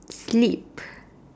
sleep